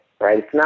right